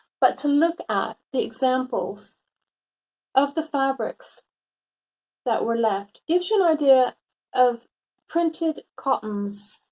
but to look at the examples of the fabrics that were left, gives you an idea of printed cottons.